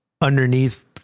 underneath